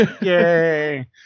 Yay